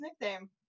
nickname